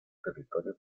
territorio